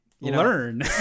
learn